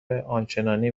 آنچنانی